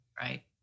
Right